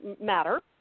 matter